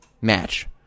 match